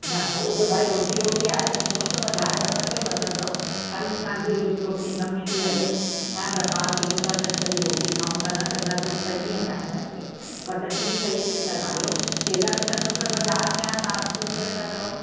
न हो त भाई रोज़ी रोटी आहे त थोरो त वधाए वठंदो ई वठंदो हर इंसान जी रोज़ी रोटी इन मूं ई थी हले हं वापार कयऊं था तॾहिं रोटी खाऊं था न कंदासे त कीअं खाईंदासे तव्हां तॾहिं बि सही रेट लॻायो व केला बि सठि रुपए बज़ार में आहे तव्हां असी रुपए था चओ